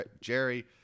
Jerry